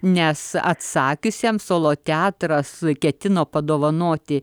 nes atsakiusiems solo teatras ketino padovanoti